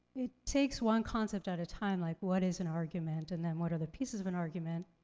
it takes one concept at a time, like what is an argument, and then what are the pieces of an argument,